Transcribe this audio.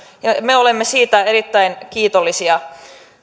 ja me olemme siitä erittäin kiitollisia